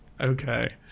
Okay